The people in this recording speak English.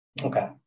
Okay